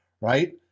right